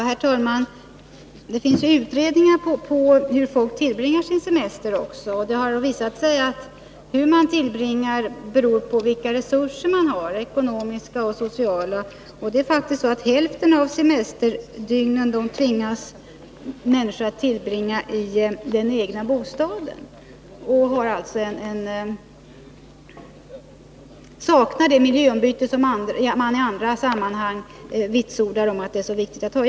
Herr talman! Det finns ju också utredningar om hur folk tillbringar sin semester, och de har visat att hur man tillbringar denna beror på vilka resurser man har — ekonomiska och sociala. Det är faktiskt så att hälften av semesterdygnen tvingas människor tillbringa i den egna bostaden, och de saknar alltså det miljöombyte som man i andra sammanhang vitsordar är så viktigt att ha.